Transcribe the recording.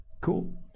Cool